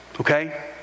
Okay